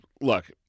look